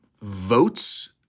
votes